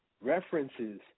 references